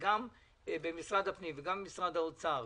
וגם במשרד הפנים ובמשרד האוצר,